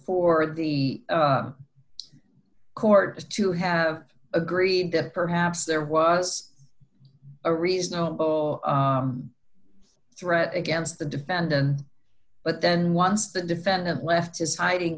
for the court to have agree that perhaps there was a reasonable threat against the defendant but then once the defendant left his hiding